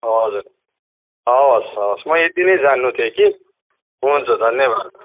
हजुर हवस् हवस् म यतिनै जान्नु थियो कि हुन्छ धन्यवाद